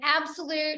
absolute